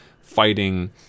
fighting